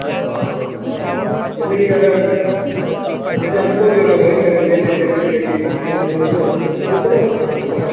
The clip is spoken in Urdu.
اوہ جیسے کہ اگر جیسے ہم کو بھی اگر وہیں سے اگر لے لیتے ایک دو کے جی الگ سے تو اس میں کتنا ہوگا ڈسکاؤنٹ